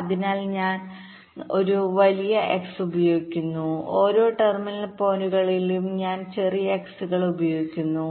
അതിനാൽ ഞാൻ ഒരു വലിയ X ഉപയോഗിക്കുന്നു ഓരോ ടെർമിനൽ പോയിന്റുകളിലും ഞാൻ ചെറിയ X കൾ ഉപയോഗിക്കുന്നു